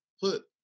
put